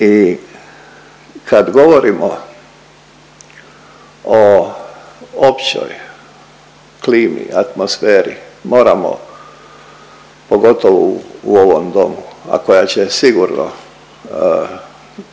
I kad govorimo o općoj klimi, atmosferi moramo pogotovo u ovom domu, a koja će sigurno